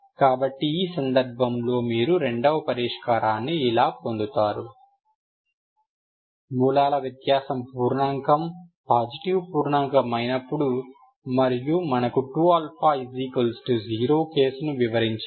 కాబట్టి ఈ సందర్భంలో మీరు రెండవ పరిష్కారాన్ని ఇలా పొందుతారు మూలాల వ్యత్యాసం పూర్ణాంకం పాజిటివ్ పూర్ణాంకం అయినప్పుడు మరియు మనము 2α 0 కేసును నివారించాము